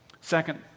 Second